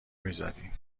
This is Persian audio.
میزدیم